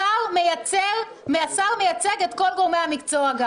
השר מייצג את כל גורמי המקצוע.